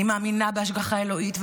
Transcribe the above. אני מאמינה בהשגחה האלוהית,